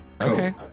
Okay